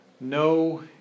no